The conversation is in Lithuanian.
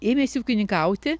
ėmėsi ūkininkauti